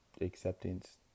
acceptance